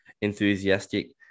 enthusiastic